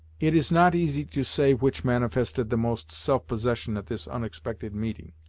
it is not easy to say which manifested the most self-possession at this unexpected meeting